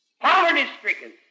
poverty-stricken